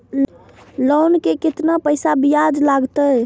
Loan के केतना पैसा ब्याज लागते?